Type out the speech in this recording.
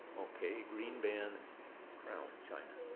ok, green band crown china.